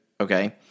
Okay